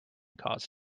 cause